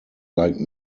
like